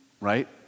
Right